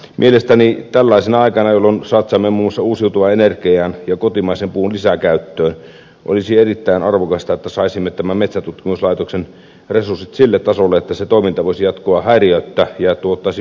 mielestäni tällaisena aikana jolloin satsaamme muun muassa uusiutuvaan energiaan ja kotimaisen puun lisäkäyttöön olisi erittäin arvokasta että saisimme tämän metsäntutkimuslaitoksen resurssit sille tasolle että sen toiminta voisi jatkua häiriöttä ja tuottaisi hyvää tulosta